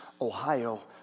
Ohio